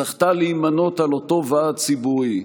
זכתה להימנות עם אותו ועד ציבורי,